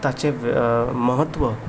ताचें ताचें म्हत्व